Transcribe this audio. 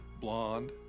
blonde